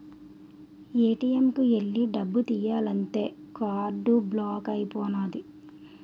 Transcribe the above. ATM కు ఎల్లి డబ్బు తియ్యాలంతే కార్డు బ్లాక్ అయిపోనాది